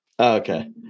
Okay